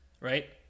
right